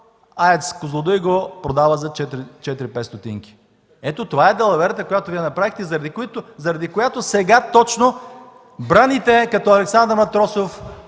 АЕЦ „Козлодуй” го продава за 4-5 стотинки. Ето това е далаверата, която Вие направихте, заради която сега точно браните като Александър Матросов